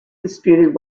disputed